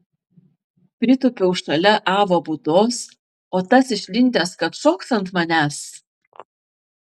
pritūpiau šalia avo būdos o tas išlindęs kad šoks ant manęs